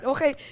Okay